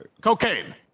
Cocaine